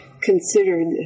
considered